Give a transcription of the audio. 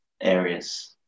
areas